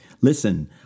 Listen